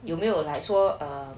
有没有 like 说 um